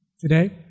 today